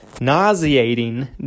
nauseating